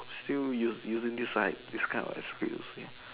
still use using this like this kind of excuse